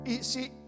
See